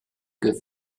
give